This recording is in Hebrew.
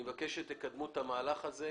אני מבקש שתקדמו את המהלך הזה.